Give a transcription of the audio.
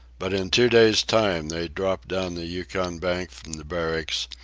but in two days' time they dropped down the yukon bank from the barracks,